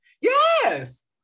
Yes